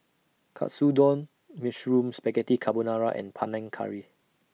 Katsudon Mushroom Spaghetti Carbonara and Panang Curry